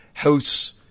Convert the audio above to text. house